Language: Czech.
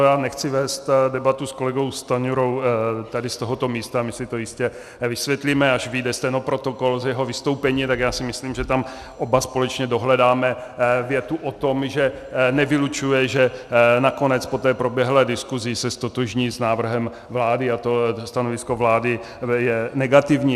Já nechci vést debatu s kolegou Stanjurou z tohoto místa, my si to jistě vysvětlíme, až vyjde stenoprotokol z jeho vystoupení, tak myslím, že tam oba společně dohledáme větu o tom, že nevylučuje, že nakonec po té proběhlé diskusi se ztotožní s návrhem vlády, a to stanovisko vlády je negativní.